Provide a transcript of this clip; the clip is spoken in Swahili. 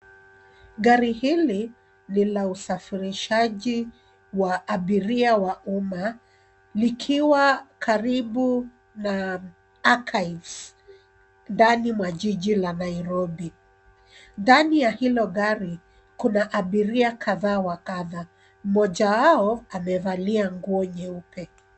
Gari hili ni la usafirishaji wa abiria wa umma, likiwa karibu na Archives ndani mwa jiji la Nairobi. Ndani ya hilo gari kuna abiria kadha wa kadha, moja wao amevalia nguo nyeupe.